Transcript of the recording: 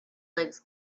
legs